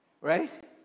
Right